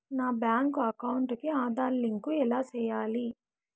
నా bank account కి Aadhaar link ఎలా సేయాలి